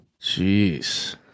Jeez